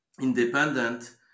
independent